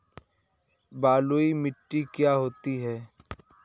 बलुइ मिट्टी क्या होती हैं?